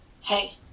hey